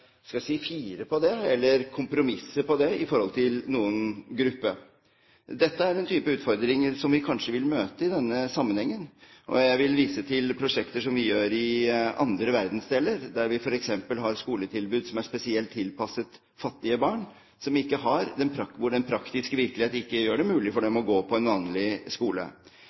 fire på det eller kompromisse på det i forhold til noen gruppe. Dette er en type utfordringer som vi kanskje vil møte i denne sammenhengen, og jeg vil vise til prosjekter som de har i andre verdensdeler, der de f.eks. har skoletilbud som er spesielt tilpasset fattige barn, hvor den praktiske virkelighet ikke gjør det mulig for dem å gå på en vanlig skole.